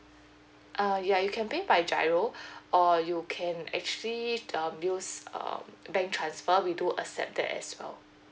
err ya you can pay by GIRO or you can actually use um bank transfer we do accept that as well